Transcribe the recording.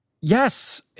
Yes